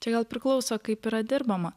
čia gal priklauso kaip yra dirbama